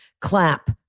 clap